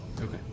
Okay